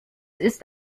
ist